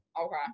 Okay